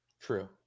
True